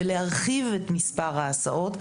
ולהרחיב את מספר ההסעות,